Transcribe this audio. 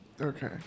okay